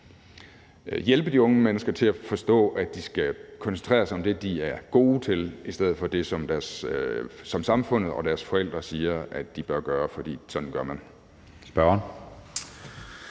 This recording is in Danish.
hjælpe de unge mennesker til at forstå, at de skal koncentrere sig om det, de er gode til, i stedet for det, som samfundet og deres forældre siger de bør gøre, fordi sådan gør man